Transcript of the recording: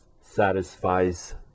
satisfies